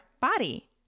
body